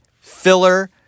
filler